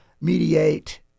mediate